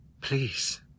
Please